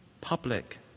public